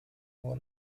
nur